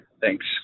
Thanks